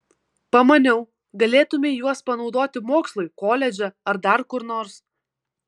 pamaniau galėtumei juos panaudoti mokslui koledže ar dar kur nors